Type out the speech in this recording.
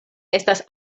estas